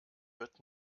wird